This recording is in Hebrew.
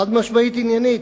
חד-משמעית עניינית.